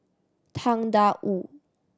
Tang Da Wu